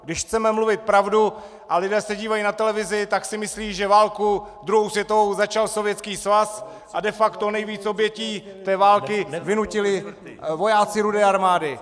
Když chceme mluvit pravdu a lidé se dívají na televizi, tak si myslí, že druhou světovou válku začal Sovětský svaz a de facto nejvíc obětí té války vynutili vojáci Rudé armády.